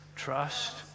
Trust